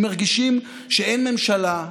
הם מרגישים שאין ממשלה,